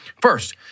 First